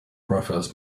profiles